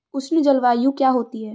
उष्ण जलवायु क्या होती है?